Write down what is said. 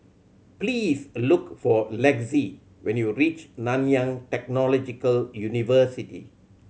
please look for Lexi when you reach Nanyang Technological University